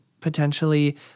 potentially